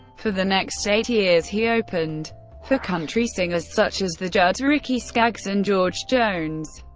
for the next eight years, he opened for country singers such as the judds, ricky skaggs and george jones.